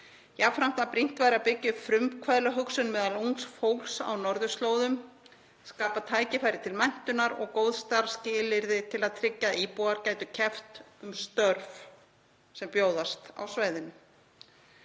Jafnframt að brýnt væri að byggja upp frumkvöðlahugsun meðal ungs fólks á norðurslóðum, skapa tækifæri til menntunar og góð starfsskilyrði til að tryggja að íbúar gætu keppt um störf á svæðinu.